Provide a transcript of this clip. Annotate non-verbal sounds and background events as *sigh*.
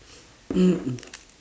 *coughs*